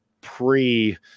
pre